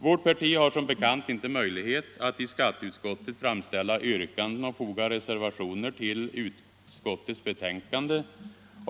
Vårt parti har som bekant inte möjlighet att i skatteutskottet framställa yrkanden och foga reservationer till utskottets betänkanden.